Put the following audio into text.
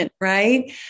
Right